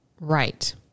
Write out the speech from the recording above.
Right